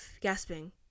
gasping